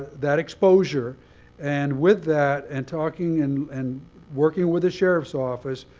that exposure and with that, and talking and and working with the sheriff's office,